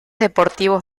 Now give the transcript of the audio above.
deportivos